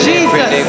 Jesus